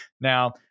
Now